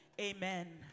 Amen